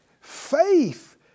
faith